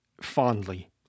fondly